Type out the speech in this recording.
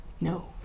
No